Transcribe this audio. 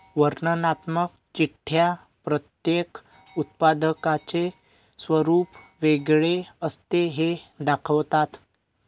वर्णनात्मक चिठ्ठ्या प्रत्येक उत्पादकाचे स्वरूप वेगळे असते हे दाखवतात